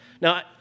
Now